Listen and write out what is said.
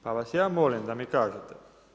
Pa vas ja molim da mi kažete.